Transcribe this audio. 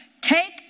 take